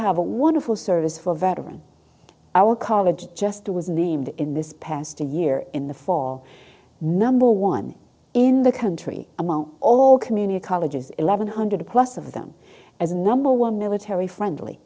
have a wonderful service for veterans our college just was named in this past year in the fall number one in the country amount all community colleges eleven hundred plus of them as number one military friendly